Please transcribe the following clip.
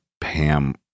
Pam